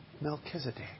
Melchizedek